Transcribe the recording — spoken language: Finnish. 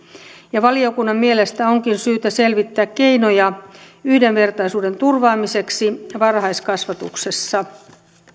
valiokunnan mielestä onkin syytä selvittää keinoja yhdenvertaisuuden turvaamiseksi varhaiskasvatuksessa